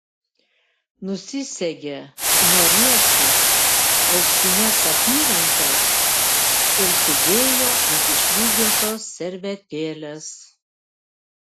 nusisegė nuo riešų auksines apyrankes ir sudėjo ant išlygintos servetėlės